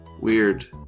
Weird